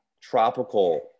tropical